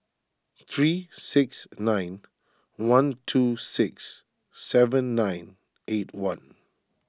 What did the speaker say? three six nine one two six seven nine eight one